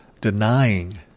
denying